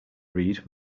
read